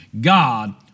God